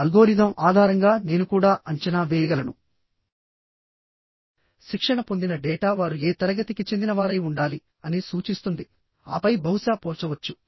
tension members కోసం ఏ విధమైన క్రాస్ సెక్షన్ ని అయినా ఉపయోగించుకోవచ్చు